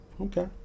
Okay